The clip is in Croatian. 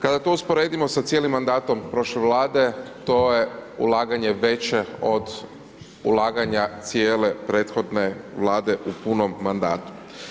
Kada to usporedimo sa cijelim mandatom prošle vlade to je ulaganje veće od ulaganja cijele prethodne vlade u punom mandatu.